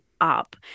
up